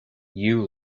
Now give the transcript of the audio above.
you